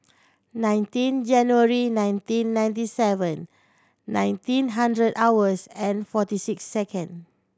nineteen January nineteen ninety seven nineteen hundred hours and forty six second